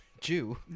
Jew